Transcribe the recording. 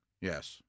Yes